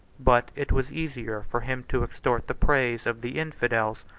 but it was easier for him to extort the praise of the infidels,